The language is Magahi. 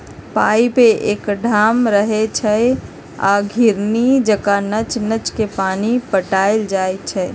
पाइप एकठाम रहै छइ आ घिरणी जका नच नच के पानी पटायल जाइ छै